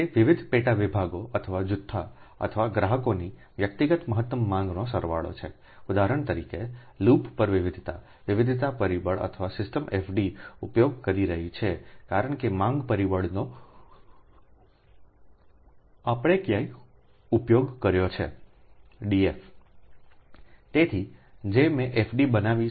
તે વિવિધ પેટા વિભાગો અથવા જૂથો અથવા ગ્રાહકોની વ્યક્તિગત મહત્તમ માંગના સરવાળો છે ઉદાહરણ તરીકે લૂપ પર વિવિધતાવિવિધતા પરિબળ આપણે સિસ્ટમ FD ઉપયોગ કરી રહ્યા છીએ કારણ કે માંગ પરિબળનો આપણે ક્યાં ઉપયોગ કર્યો છે સંદર્ભ લો 0203 ડીએફ તેથી તેથી જ મેં FD બનાવી છે